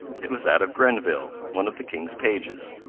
it was that of grenville, one of the king's pages.